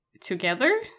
together